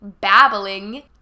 babbling